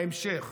בהמשך,